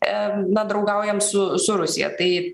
e na draugaujam su su rusija tai